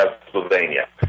Pennsylvania